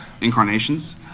incarnations